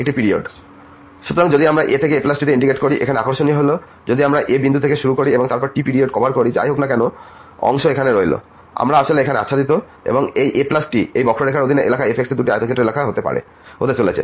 সুতরাং যদি আমরা a থেকে aT তে ইন্টিগ্রেট করি এখানে আকর্ষণীয় হল যদি আমরা এই a বিন্দু শুরু করি এবং তারপর এই T পিরিয়ড কভার করি যাই হোক না কেন অংশ এখানে রইল আমরা আসলে এখানে আচ্ছাদিত এবং এই aT তাই এই বক্ররেখার অধীনে এলাকা f এই দুটি আয়তক্ষেত্রের এলাকা হতে চলেছে